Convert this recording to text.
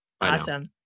Awesome